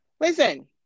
Listen